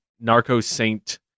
narco-saint